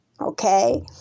okay